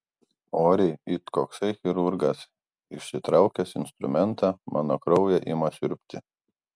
oriai it koksai chirurgas išsitraukęs instrumentą mano kraują ima siurbti